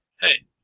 hey